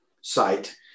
site